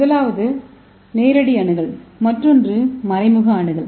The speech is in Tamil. முதலாவது நேரடி அணுகல் மற்றொன்று மறைமுக அணுகல்